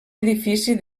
edifici